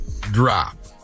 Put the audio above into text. drop